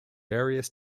various